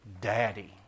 daddy